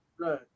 Right